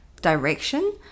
direction